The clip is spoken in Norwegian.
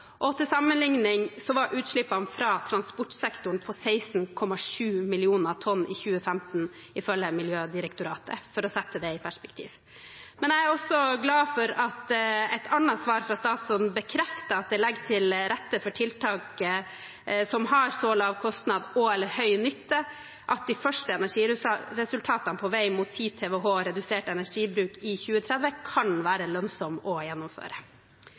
Til sammenligning var utslippene fra transportsektoren på 16,7 millioner tonn i 2015, ifølge Miljødirektoratet – for å sette det i perspektiv. Men jeg er også glad for at et annet svar fra statsråden bekrefter at det ligger til rette «for tiltak som har så lav kostnad og/eller høy nytte at de første energiresultatene på vei mot 10 TWh redusert energibruk i 2030 kan være lønnsomme å gjennomføre».